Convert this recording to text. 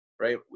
right